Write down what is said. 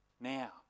now